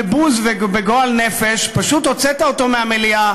בבוז ובגועל נפש פשוט הוצאת אותו מהמליאה,